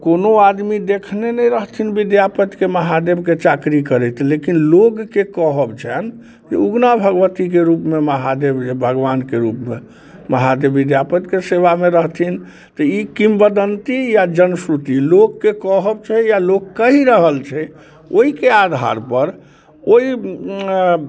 कोनो आदमी देखने ने रहथिन विद्यापतिके महादेबके चाकरी करैत लेकिन लोगके कहब छनि जे उगना भगवतीके रूपमे महादेव जे भगवानके रूपमे महादेब विद्यापतिके सेवामे रहथिन तऽ ई किम्वदन्ती या जनश्रुति लोकके कहब छै या लोक कहि रहल छै ओइके आधारपर ओइ